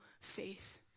faith